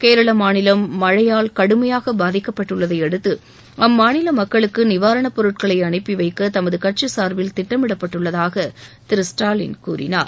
கேரள மாநிலம் மழையால் கடுமையாக பாதிக்கப்பட்டுள்ளதையடுத்து அம்மாநில மக்களுக்கு நிவாரணப் பொருட்களை அனுப்பி வைக்க தமது கூட்சி சார்பில் திட்டமிடப்பட்டுள்ளதாக திரு ஸ்டாலின் கூறினார்